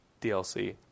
DLC